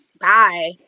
bye